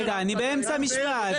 רגע, אני באמצע משפט.